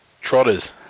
Trotters